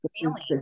feeling